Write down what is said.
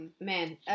man